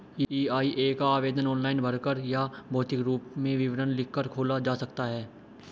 EIA का आवेदन online भरकर या भौतिक रूप में विवरण लिखकर खोला जा सकता है